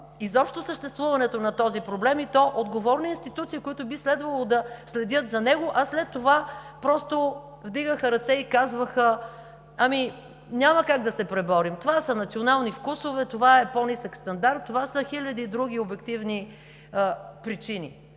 изобщо съществуването на този проблем, и то отговорни институции, които би следвало да следят за него, а след това просто вдигаха ръце и казваха: ами, няма как да се преборим. Това са национални вкусове, това е по-нисък стандарт, това са хиляди други обективни причини.